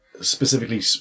specifically